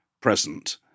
present